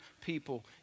people